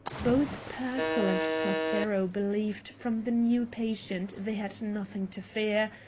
both pearsall and prothero believed from the new patient they had nothing to fear,